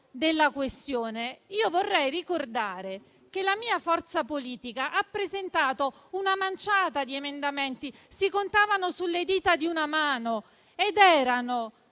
della questione. Vorrei ricordare che la mia forza politica ha presentato una manciata di emendamenti, che si contavano sulle dita di una mano. Erano